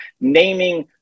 naming